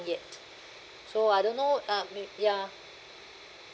yet so I don't know uh ma~ ya